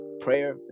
prayer